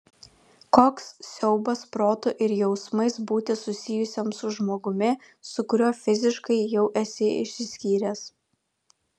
koks siaubas protu ir jausmais būti susijusiam su žmogumi su kuriuo fiziškai jau esi išsiskyręs